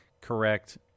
correct